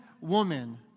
woman